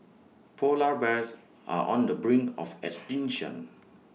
Polar Bears are on the brink of extinction